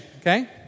okay